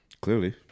Clearly